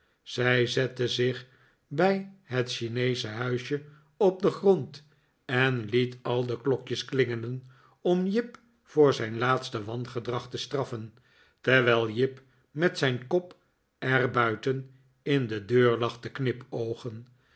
zij zette zich bij het chineesche huisje op den grond en liet al de klokjes klingelen om jip voor zijn laatste wangedrag te straffen terwijl jip met zijn kop er buiten in de deur lag te knipoogen